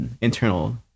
internal